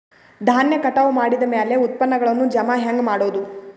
ಧಾನ್ಯ ಕಟಾವು ಮಾಡಿದ ಮ್ಯಾಲೆ ಉತ್ಪನ್ನಗಳನ್ನು ಜಮಾ ಹೆಂಗ ಮಾಡೋದು?